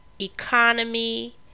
economy